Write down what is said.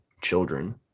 children